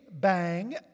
bang